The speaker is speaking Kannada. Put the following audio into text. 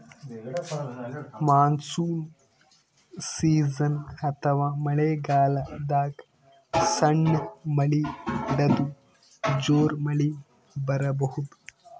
ಮಾನ್ಸೂನ್ ಸೀಸನ್ ಅಥವಾ ಮಳಿಗಾಲದಾಗ್ ಸಣ್ಣ್ ಮಳಿ ಹಿಡದು ಜೋರ್ ಮಳಿ ಬರಬಹುದ್